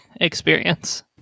experience